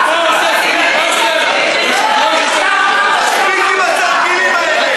פה, מספיק עם התרגילים האלה.